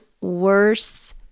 worse